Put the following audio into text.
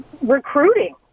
recruiting